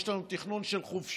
יש לנו תכנון של חופשות.